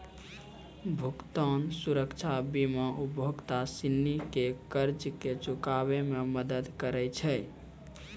भुगतान सुरक्षा बीमा उपभोक्ता सिनी के कर्जा के चुकाबै मे मदद करै छै